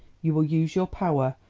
you will use your power,